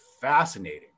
fascinating